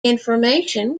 information